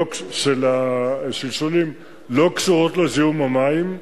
על השלשולים, לא קשורות לזיהום המים.